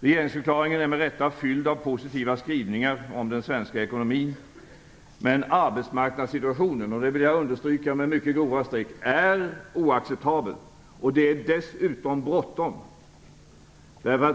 Regeringsförklaringen är med rätta fylld av positiva skrivningar om den svenska ekonomin. Men arbetsmarknadssituationen - det vill jag stryka under med mycket grova streck - är oacceptabel, och det är dessutom bråttom.